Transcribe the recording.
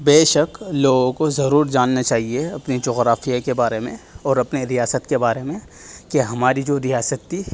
بیشک لوگوں کو ضرور جاننا چاہیے اپنے جغرافیہ کے بارے میں اور اپنے ریاست کے بارے میں کہ ہماری جو ریاست تھی